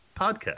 Podcast